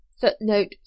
footnote